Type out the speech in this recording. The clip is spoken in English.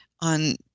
on